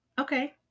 Okay